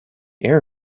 air